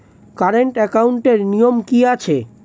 Current একাউন্টের নিয়ম কী আছে?